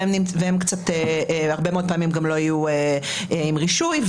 והם הרבה מאוד פעמים גם לא יהיו עם רישוי.